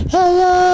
Hello